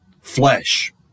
flesh